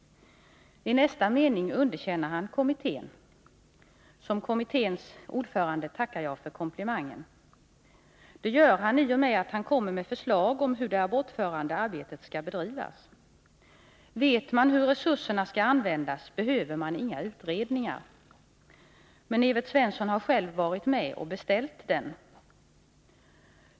I nästa mening underkänner han kommittén. Som kommitténs ordförande tackar jag för komplimangen. Det gör han i och med att han kommer med förslag om hur det abortförebyggande arbetet skall bedrivas. Vet man hur resurserna skall användas behöver man inga utredningar. Men Evert Svensson har själv varit med och beställt utredningen.